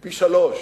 פי-שלושה.